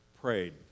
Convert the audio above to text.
prayed